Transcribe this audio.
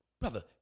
brother